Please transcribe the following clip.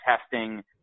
testing